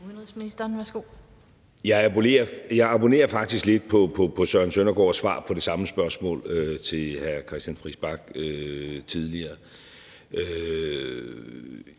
Jeg abonnerer faktisk lidt på hr. Søren Søndergaards svar på det samme spørgsmål til hr. Christian Friis Bach tidligere.